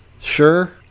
sure